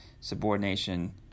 subordination